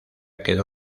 quedó